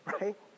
right